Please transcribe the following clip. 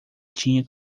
tinha